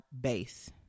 base